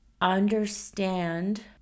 understand